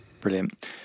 brilliant